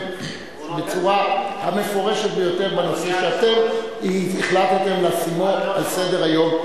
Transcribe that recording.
בצורה המפורשת ביותר בנושא שאתם החלטתם לשימו על סדר-היום.